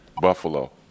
Buffalo